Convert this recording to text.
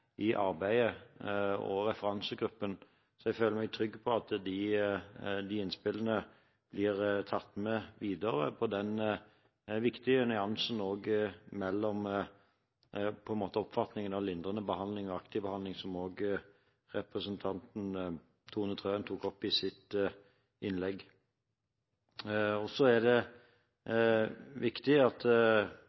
i arbeidet, og referansegruppen. Jeg føler meg trygg på at innspillene blir tatt med videre i den viktige nyansen mellom på en måte oppfatningen av lindrende behandling og aktiv behandling, som også representanten Tone Wilhelmsen Trøen tok opp i sitt innlegg. Så er det viktig at